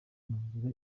nagira